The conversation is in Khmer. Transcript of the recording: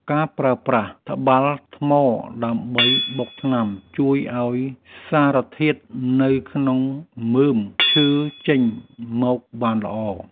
ការប្រើប្រាស់ត្បាល់ថ្មដើម្បីបុកថ្នាំ ជួយឱ្យសារធាតុនៅក្នុងមើមឈើចេញមកបានល្អ។